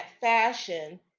fashion